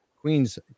Queen's